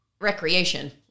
recreation